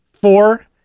Four